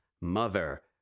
mother